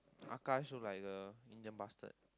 Akash look like the Indian bastard